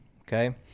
Okay